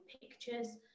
pictures